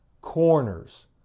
Corners